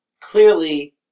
Clearly